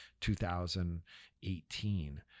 2018